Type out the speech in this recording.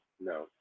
no